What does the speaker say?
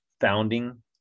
Founding